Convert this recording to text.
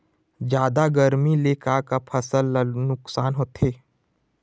जादा गरमी ले का का फसल ला नुकसान होथे?